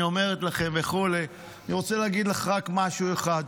אני אומרת לכם וכו' אני רוצה להגיד לך רק משהו אחד.